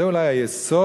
זה אולי היסוד